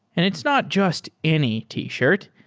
and it's not just any t-shirt.